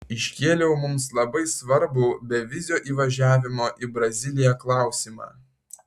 iškėliau mums labai svarbų bevizio įvažiavimo į braziliją klausimą